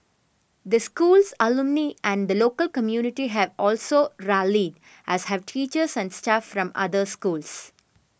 the school's alumni and the local community have also rallied as have teachers and staff from other schools